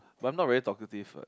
but I'm not very talkative what